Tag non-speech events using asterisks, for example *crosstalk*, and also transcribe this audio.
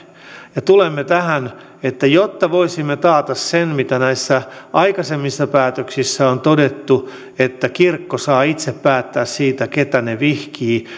tulemme tähän että jotta voisimme taata että se mitä näissä aikaisemmissa päätöksissä on todettu että kirkko saa itse päättää siitä keitä se vihkii *unintelligible*